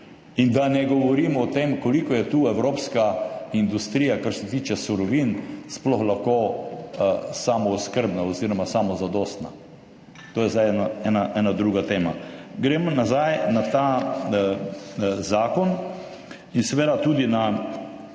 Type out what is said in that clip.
In da ne govorimo o tem, koliko je tu evropska industrija, kar se tiče surovin, sploh lahko samooskrbna oziroma samozadostna, to je zdaj ena druga tema. Gremo nazaj na ta zakon in seveda tudi na